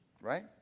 right